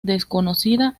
desconocida